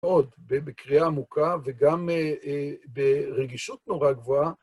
מאוד, בקריאה עמוקה וגם ברגישות נורא גבוהה.